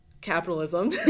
capitalism